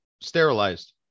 sterilized